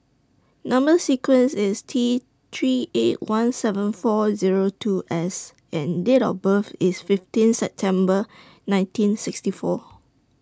Number sequence IS T three eight one seven four Zero two S and Date of birth IS fifteen September nineteen sixty four